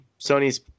Sony's